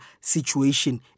situation